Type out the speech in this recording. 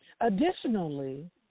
Additionally